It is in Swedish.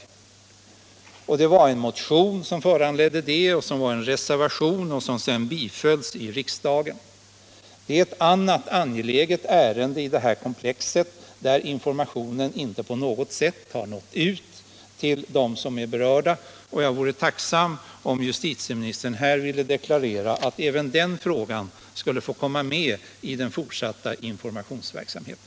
Denna fråga hade tagits upp i en motion, som föranledde en reservation vilken bifölls av riksdagen. Det är ett annat angeläget ärende i detta frågekomplex där informationen inte på något sätt har nått ut till dem som är berörda. Jag vore tacksam om justitieministern här ville deklarera att även den frågan skulle komma med i den fortsatta informationsverksamheten.